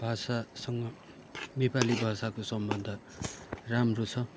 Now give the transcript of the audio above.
भाषासँग नेपाली भाषाको सम्बन्ध राम्रो छ